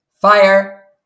fire